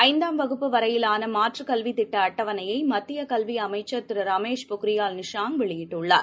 ஐந்தாம் வகுப்பு வரையிலானமாற்றுக் கல்விதிட்டஅட்டவணையைமத்தியகல்விஅமைச்சர் திரு ரமேஷ் பொக்ரியால் நிஷாங்க் வெளியிட்டுள்ளார்